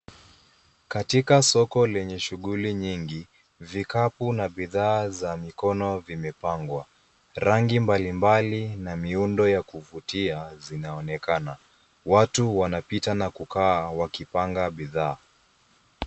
Katika soko lenye shughuli nyingi, vikapu na bidhaa za mikono vimepangwa. Rangi mbalimbali na miundo ya kuvutia zinaonekana. Watu wanapita na kukaa wakipanga bidhaa.